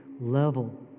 level